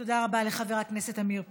תודה רבה לחבר הכנסת עמיר פרץ.